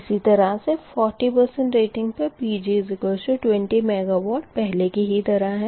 इसी तरह से 40 रेटिंग पर Pg20 MW पहले की ही तरह है